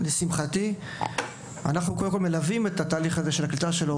אנחנו מלווים את התהליך של הקליטה שלו,